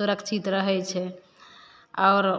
सुरक्षित रहै छै और